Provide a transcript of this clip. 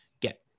get